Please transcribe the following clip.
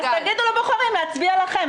אז תגידו לבוחרים להצביע לכם,